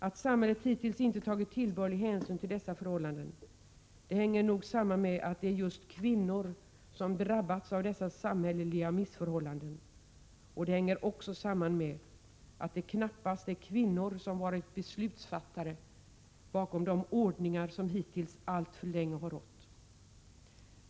Att samhället hittills inte tagit tillbörlig hänsyn till dessa förhållanden hänger nog samman med att det är just kvinnor som drabbats av dessa samhälleliga missförhållanden, och det hänger också samman med att det knappast är kvinnor som varit beslutsfattare bakom de ordningår som hittills alltför länge har rått.